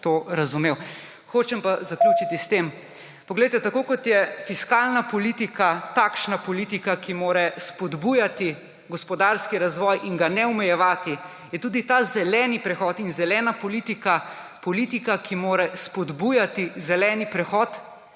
to razumel. Hočem pa zaključiti s tem. Poglejte, tako kot je fiskalna politika takšna politika, ki mora spodbujati gospodarski razvoj in ga ne omejevati, je tudi ta zeleni prehod in zelena politika politika, ki mora spodbujati zeleni prehod,